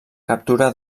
captura